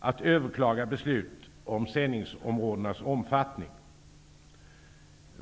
att överklaga beslut om sändningsområdenas omfattning.